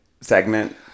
segment